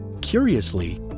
Curiously